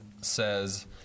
says